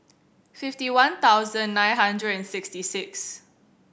fifty one thousand nine hundred and sixty six